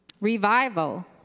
revival